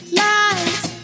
lies